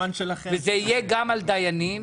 וזה יהיה גם על דיינים,